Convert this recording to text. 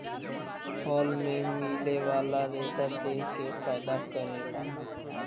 फल मे मिले वाला रेसा देह के फायदा करेला